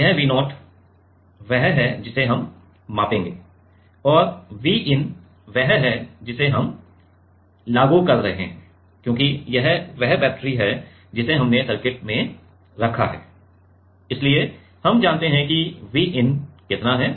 यह V0 वह है जिसे हम मापेंगे और Vin वह है जिसे हम लागू कर रहे हैं क्योंकि यह वह बैटरी है जिसे हमने सर्किट में रखा है इसलिए हम जानते हैं कि Vin कितना है